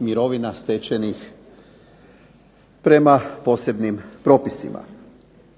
mirovina stečenih prema posebnim propisima.